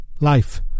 life